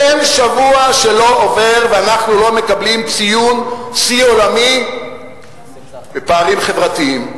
אין שבוע שלא עובר ואנחנו לא מקבלים ציון שיא עולמי בפערים חברתיים,